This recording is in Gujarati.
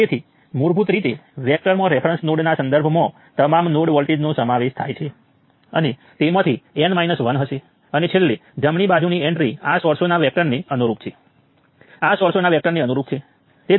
તેથી હવે મારી પાસે જે છે તે રેફરન્સ નોડના સંદર્ભમાં આ 6 વોલ્ટ છે જેનો અર્થ છે કે આ વોલ્ટેજ 6 વોલ્ટ છે અને તેવી જ રીતે આ વોલ્ટેજ 16 વોલ્ટ છે